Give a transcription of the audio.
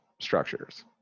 structures